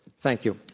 thank you.